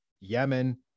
Yemen